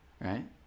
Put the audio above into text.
right